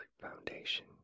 Foundation